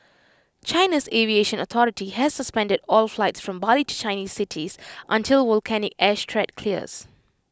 China's aviation authority has suspended all flights from Bali to Chinese cities until volcanic ash threat clears